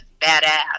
badass